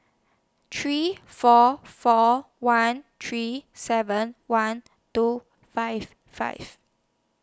three four four one three seven one two five five